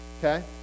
Okay